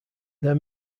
their